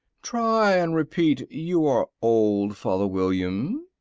try and repeat you are old, father william,